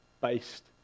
based